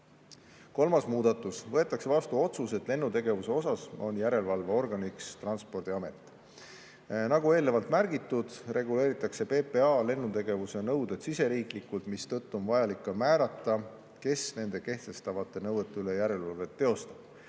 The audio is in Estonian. Kolmas muudatus: võetakse vastu otsus, et lennutegevuse puhul on järelevalveorgan Transpordiamet. Nagu eelnevalt märgitud, reguleeritakse PPA lennutegevuse nõuded siseriiklikult, mistõttu on vajalik ka määrata, kes nende kehtestatavate nõuete üle järelevalvet teostab.